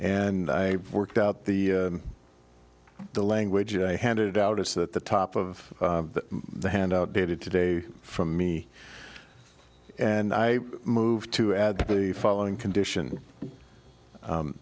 and i worked out the the language i handed out is that the top of the hand out dated today from me and i moved to add the following condition